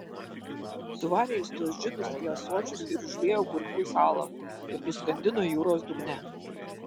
suvarė jis tuos džinus į ąsočius ir užliejo gurklius alavu ir nuskandino jūros dugne